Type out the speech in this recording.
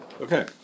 Okay